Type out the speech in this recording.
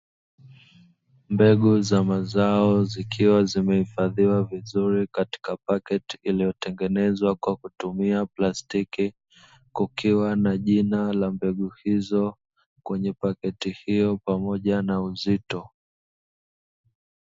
Mbegu za mazao zikiwa zime hifadhiwa vizuri katika paketi iliyo tengenezwa kwa kutumia plastiki, kukiwa na jina la mbegu hizo kwenye paketi hiyo pamoja na uzito.